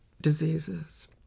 diseases